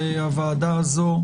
והוועדה זו,